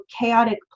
chaotic